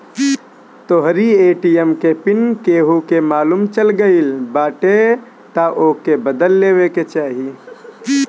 तोहरी ए.टी.एम के पिन केहू के मालुम चल गईल बाटे तअ ओके बदल लेवे के चाही